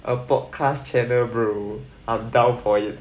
a podcast channel I'm down for it